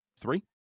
three